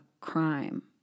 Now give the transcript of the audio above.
crime